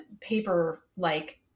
paper-like